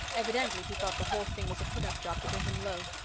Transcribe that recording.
evidently he thought the whole thing was a put-up job to bring him low.